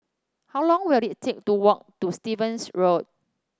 how long will it take to walk to Stevens Road